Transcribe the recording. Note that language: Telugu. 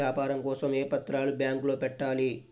వ్యాపారం కోసం ఏ పత్రాలు బ్యాంక్లో పెట్టాలి?